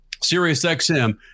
SiriusXM